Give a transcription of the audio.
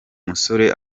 musore